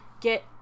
get